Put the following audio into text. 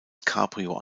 cabrio